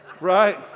right